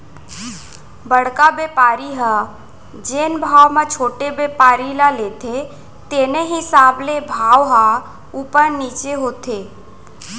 बड़का बेपारी ह जेन भाव म छोटे बेपारी ले लेथे तेने हिसाब ले भाव ह उपर नीचे होथे